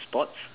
sports